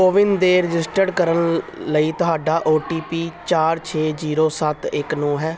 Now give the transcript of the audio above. ਕੋਵਿਨ ਦੇ ਰਜਿਸਟਰਡ ਕਰਨ ਲਈ ਤੁਹਾਡਾ ਓ ਟੀ ਪੀ ਚਾਰ ਛੇ ਜੀਰੋ ਸੱਤ ਇੱਕ ਨੌ ਹੈ